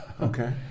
okay